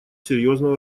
серьезного